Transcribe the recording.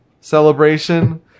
celebration